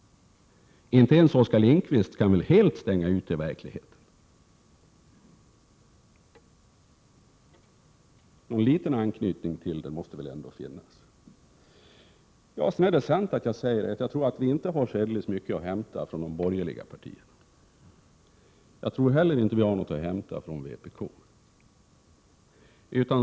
Inte ens Oskar Lindkvist kan väl helt stänga ute verkligheten. Någon liten anknytning måste väl ändå finnas. Ja, sedan tror jag inte att vi har så särdeles mycket att hämta från de borgerliga partierna. Jag tror inte heller att vi har någonting att hämta från vpk.